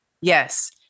Yes